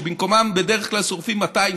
שבמקומם בדרך כלל שורפים 200,